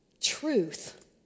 Truth